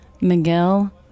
Miguel